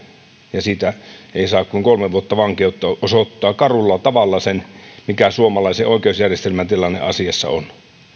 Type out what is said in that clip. ja siitä ei saa kuin kolme vuotta vankeutta osoittaa karulla tavalla sen mikä suomalaisen oikeusjärjestelmän tilanne asiassa on